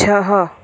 छह